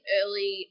early